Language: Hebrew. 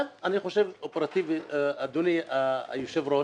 אדוני היושב ראש,